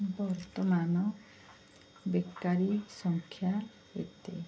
ବର୍ତ୍ତମାନ ବେକାରୀ ସଂଖ୍ୟା ଏତେ